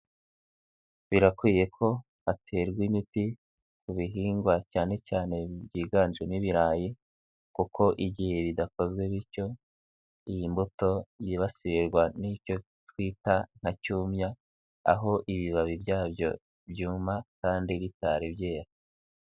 Birakwiye ko haterwa imiti mu bihingwa cyane cyane byiganjemo ibirayi kuko igihe bidakozwe bityo, iyi mbuto yibasirwa n'icyo twita nka cyumya, aho ibibabi byabyo byuma kandi bitari byera.